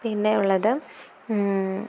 പിന്നെയുള്ളത്